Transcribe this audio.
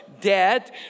debt